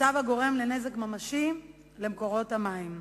מצב הגורם לנזק ממשי למקורות המים.